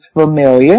familiar